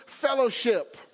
fellowship